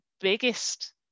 biggest